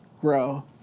grow